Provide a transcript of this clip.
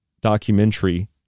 documentary